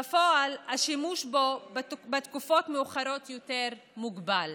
בפועל, השימוש בו בתקופות מאוחרות יותר מוגבל.